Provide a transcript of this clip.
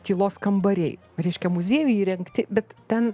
tylos kambariai reiškia muziejai įrengti bet ten